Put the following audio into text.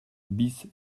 bis